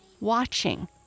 watching